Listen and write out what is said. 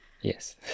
Yes